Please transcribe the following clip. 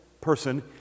person